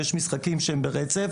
יש משחקים שהם ברצף.